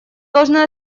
должны